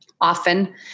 often